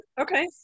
Okay